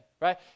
right